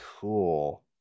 Cool